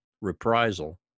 reprisal